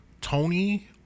Tony